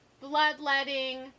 bloodletting